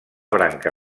branca